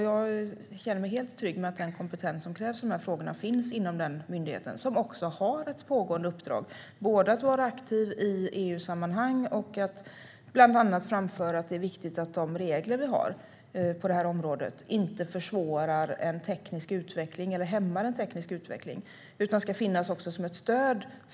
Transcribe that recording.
Jag känner mig helt trygg med att den kompetens som krävs i dessa frågor finns inom denna myndighet som också har ett pågående uppdrag, både att vara aktiv i EU-sammanhang och att bland annat framföra att det är viktigt att de regler som vi har på detta område inte försvårar eller hämmar en teknisk utveckling utan ska finnas också som ett stöd.